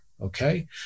Okay